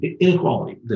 inequality